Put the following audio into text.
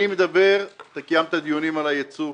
אני מדבר, וקיימת דיונים על היצוא,